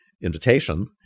invitation